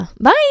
bye